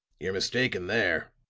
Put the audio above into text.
you're mistaken there,